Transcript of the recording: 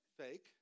fake